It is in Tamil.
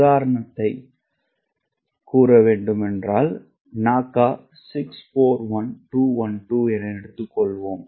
உதாரணத்தை NACA 641212 என எடுத்துக்கொள்வோம்